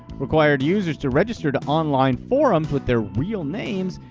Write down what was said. required users to register to online forums with their real names,